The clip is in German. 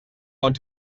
und